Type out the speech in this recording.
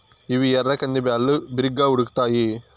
ఇవి ఎర్ర కంది బ్యాళ్ళు, బిరిగ్గా ఉడుకుతాయి